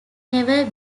never